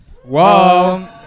Whoa